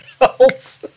else